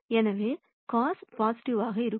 எனவே cos பொசிடிவிவாக இருக்கும்